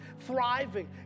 thriving